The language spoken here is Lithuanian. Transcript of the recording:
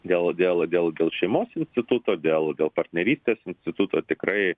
dėl dėl dėl šeimos instituto dėl partnerystės instituto tikrai